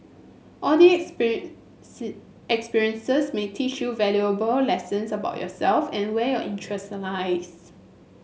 all these experiences may teach you valuable lessons about yourself and where your interest lies